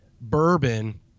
bourbon